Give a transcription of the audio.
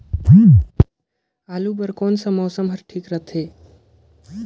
आलू बार कौन सा मौसम ह ठीक रथे?